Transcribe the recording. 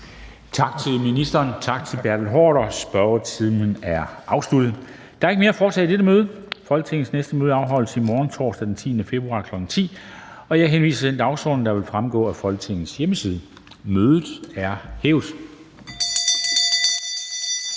fra formanden Formanden (Henrik Dam Kristensen): Der ikke mere at foretage i dette møde. Folketingets næste møde afholdes i morgen, torsdag den 10. februar 2022, kl. 10.00. Jeg henviser til den dagsorden, der fremgår af Folketingets hjemmeside. Mødet er hævet.